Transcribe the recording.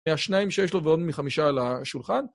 השניים שיש לו ועוד מחמישה על השולחן.